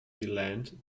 land